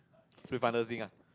so you find Le Xing ah